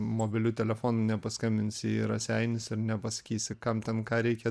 mobiliu telefonu nepaskambinsi į raseinius ir nepasakysi kam ten ką reikia